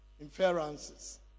inferences